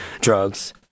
drugs